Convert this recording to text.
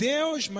Deus